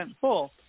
full